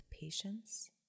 patience